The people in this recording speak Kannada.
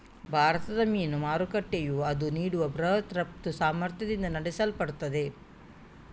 ಭಾರತದ ಮೀನು ಮಾರುಕಟ್ಟೆಯು ಅದು ನೀಡುವ ಬೃಹತ್ ರಫ್ತು ಸಾಮರ್ಥ್ಯದಿಂದ ನಡೆಸಲ್ಪಡುತ್ತದೆ